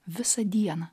visą dieną